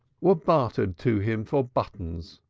were bartered to him for buttons,